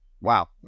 Wow